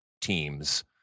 teams